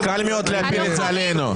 זה קל מאוד להפיל את זה עלינו.